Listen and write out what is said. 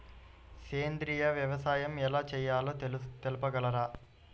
సేంద్రీయ వ్యవసాయం ఎలా చేయాలో తెలుపగలరు?